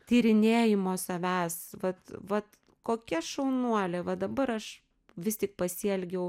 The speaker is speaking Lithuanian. tyrinėjimo savęs vat vat kokia šaunuolė va dabar aš vis tik pasielgiau